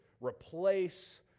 replace